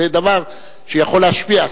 זה דבר שיכול להשפיע.